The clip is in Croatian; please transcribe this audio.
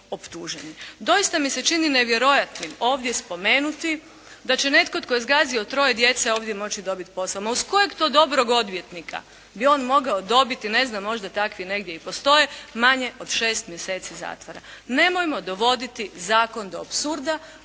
Doista mi se čini nevjerojatnim ovdje spomenuti da će netko tko je zgazio troje djece ovdje moći doći posao. Ma uz kojeg to dobrog odvjetnika bi on mogao dobiti. Ne znam, možda takvi negdje i postoje, manje od šest mjeseci zatvora. Nemojmo dovoditi zakon do apsurda